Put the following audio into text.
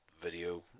video